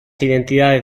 identidades